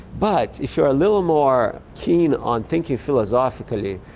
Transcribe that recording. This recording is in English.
but if you are a little more keen on thinking philosophically,